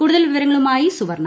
കൂടുതൽ വിവരങ്ങളുമായി സുവർണ